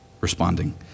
responding